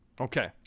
okay